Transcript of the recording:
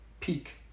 peak